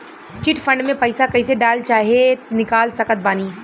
Chit fund मे पईसा कईसे डाल चाहे निकाल सकत बानी?